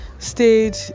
stayed